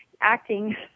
acting